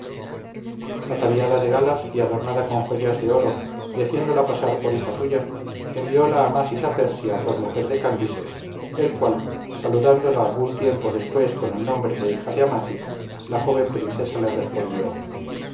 ataviada de galas y adornada con joyas de oro y haciéndola pasar por hija suya envióla amasis a persia por mujer de cambises el cual saludándola algún tiempo después con el nombre de hija de amasis la joven princesa le respondió